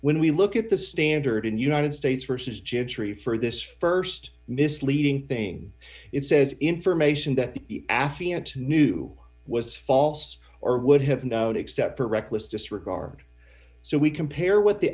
when we look at the standard in united states versus jittery for this st misleading thing it says information that the afi knew was false or would have known except for reckless disregard so we compare what the